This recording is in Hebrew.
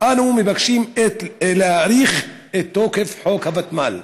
אנו מבקשים להאריך את תוקף חוק הוותמ"ל,